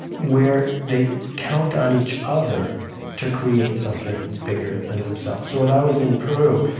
where they count on each other to create something bigger than themselves. so when i was in peru,